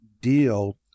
deal